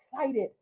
excited